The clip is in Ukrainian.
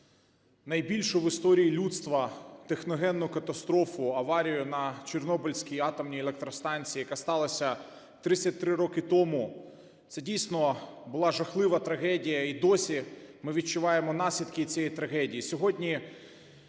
найбільшу в історії людства техногенну катастрофу, аварію на Чорнобильській атомній електростанції, яка сталася 33 роки тому. Це, дійсно, була жахлива трагедія, і досі ми відчуваємо наслідки цієї трагедії.